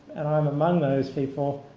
and i'm among those people,